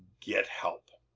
get help.